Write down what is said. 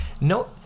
no